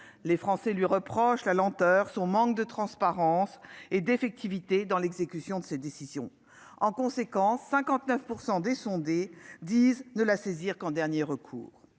Les Français reprochent à la justice sa lenteur, ainsi que son manque de transparence et d'effectivité dans l'exécution de ses décisions. En conséquence, 59 % des sondés disent ne la saisir qu'en dernier recours.